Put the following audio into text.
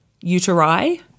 uteri